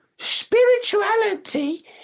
spirituality